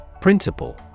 Principle